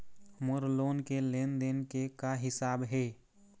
मोर loan के लेन देन के का हिसाब हे?